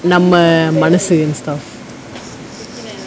நம்ம மனசு:namma manasu and stuff